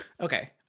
Okay